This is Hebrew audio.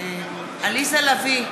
לביא,